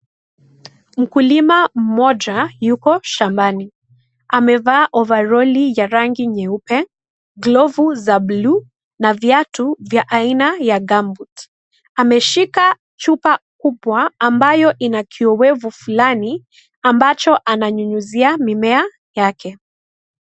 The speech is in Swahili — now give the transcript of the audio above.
Mkulima mmoja, yuko shambani. Amevaa overall ya rangi nyeupe, glovu za bluu , na viatu vya aina ya gumboots . Ameshika chupa kubwa, ambayo ina kiuwevu fulani, ambacho ananyunyuzia mimea yake.